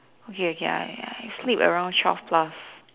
okay okay I I sleep around twelve plus